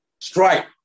Strike